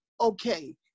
okay